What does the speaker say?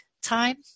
time